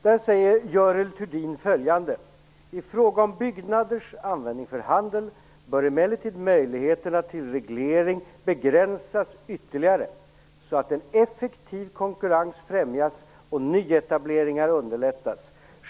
Där säger Görel Thurdin följande: I fråga om byggnaders användning för handel bör emellertid möjligheterna till reglering begränsas ytterligare, så att en effektiv konkurrens främjas och nyetableringar underlättas.